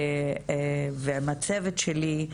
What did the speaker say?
ועם הצוות שלי,